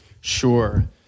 Sure